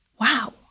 Wow